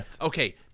okay